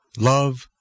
Love